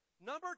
Number